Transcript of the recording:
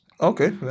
Okay